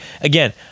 Again